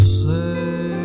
say